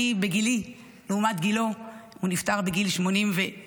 בגילי, לעומת גילו, הוא נפטר בגיל 87,